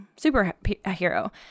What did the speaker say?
superhero